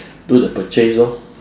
do the purchase lor